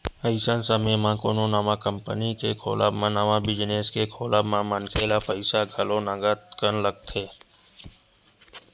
अइसन समे म कोनो नवा कंपनी के खोलब म नवा बिजनेस के खोलब म मनखे ल पइसा घलो नंगत कन लगथे